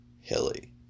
hilly